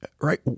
Right